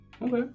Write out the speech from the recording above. Okay